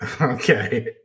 Okay